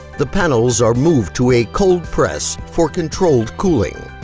the panels are moved to a cold press for controlled cooling.